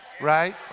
right